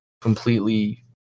completely